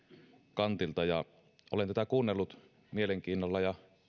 kantilta olen tätä kuunnellut mielenkiinnolla ja